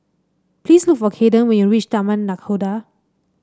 please look for Caiden when you reach Taman Nakhoda